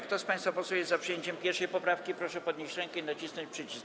Kto z państwa posłów jest za przyjęciem 1. poprawki, proszę podnieść rękę i nacisnąć przycisk.